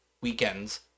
Weekends